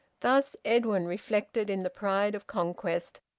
thus edwin reflected in the pride of conquest,